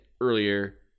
earlier